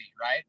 right